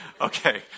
Okay